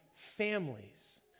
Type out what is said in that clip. families